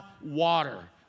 water